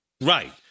Right